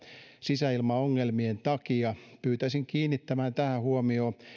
sisäilmaongelmien takia pyytäisin kiinnittämään tähän huomiota